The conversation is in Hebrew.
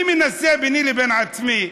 אני מנסה ביני לבין עצמי,